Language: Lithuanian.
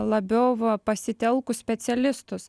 labiau pasitelkus specialistus